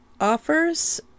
offers